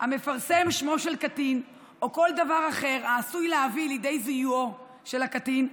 "המפרסם שמו של קטין או כל דבר אחר העשוי להביא לידי זיהויו של קטין,